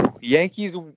Yankees